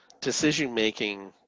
decision-making